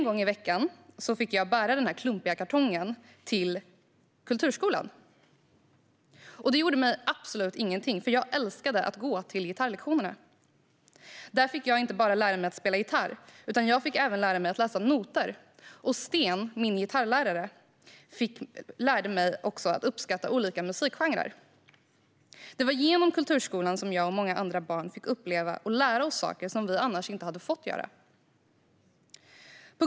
En gång i veckan fick jag därför bära denna klumpiga kartong till kulturskolan. Det gjorde mig absolut ingenting, för jag älskade att gå till gitarrlektionerna. Där fick jag inte bara lära mig att spela gitarr, utan jag fick även lära mig att läsa noter. Och min gitarrlärare Sten lärde mig också att uppskatta olika musikgenrer. Det var genom kulturskolan som jag och många andra barn fick uppleva och lära oss saker som vi annars inte hade fått göra.